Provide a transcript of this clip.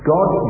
God